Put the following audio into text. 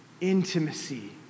intimacy